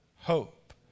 Hope